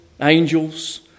angels